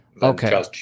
Okay